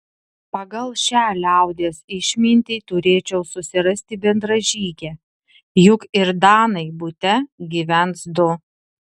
pagal šią liaudies išmintį turėčiau susirasti bendražygę juk ir danai bute gyvens du